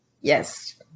Yes